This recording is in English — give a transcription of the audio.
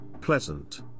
pleasant